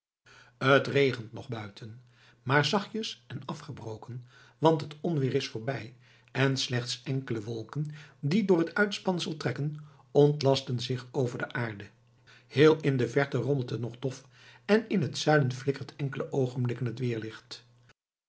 t regent nog buiten maar zachtjes en afgebroken want het onweer is voorbij en slechts enkele wolken die door het uitspansel trekken ontlasten zich over de aarde heel in de verte rommelt het nog dof en in het zuiden flikkert enkele oogenblikken het